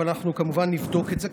אבל אנחנו כמובן נבדוק את זה,